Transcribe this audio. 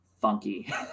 funky